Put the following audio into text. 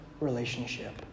relationship